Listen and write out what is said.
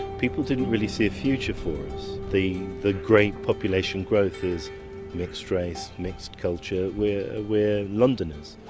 people didn't really see a future for us. the the great population growth is mixed race, mixed culture. we're we're londoners.